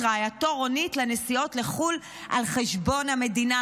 רעייתו רונית לנסיעות לחו"ל על חשבון המדינה,